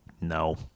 No